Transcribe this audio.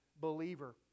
believer